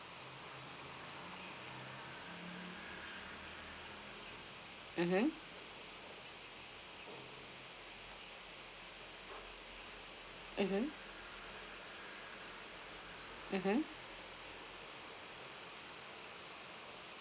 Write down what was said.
mmhmm mmhmm mmhmm